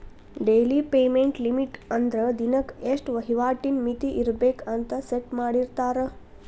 daily payment limit ಅಂದ್ರ ದಿನಕ್ಕೆ ಇಷ್ಟ ವಹಿವಾಟಿನ್ ಮಿತಿ ಇರ್ಬೆಕ್ ಅಂತ ಸೆಟ್ ಮಾಡಿರ್ತಾರ